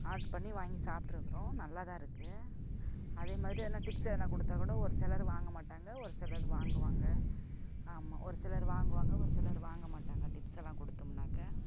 order பண்ணி வாங்கி சாப்பிட்ருக்குறோம் நல்லாதான் இருக்குது அதேமாதிரி எதுன்னா டிப்ஸ் எதுன்னா கொடுத்தாக்கூட ஒரு சிலர் வாங்க மாட்டாங்க ஒரு சிலர் வாங்குவாங்க ஆமாம் ஒரு சிலர் வாங்குவாங்க ஒரு சிலர் வாங்க மாட்டாங்க டிப்ஸ் எல்லாம் கொடுத்தம்னாக்க